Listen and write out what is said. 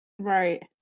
Right